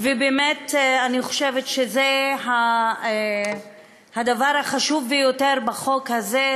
ובאמת אני חושבת שזה הדבר החשוב ביותר בחוק הזה,